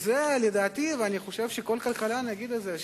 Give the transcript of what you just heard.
אני חושב שכל כלכלן יגיד את זה,